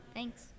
Thanks